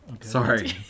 sorry